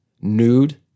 nude